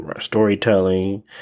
storytelling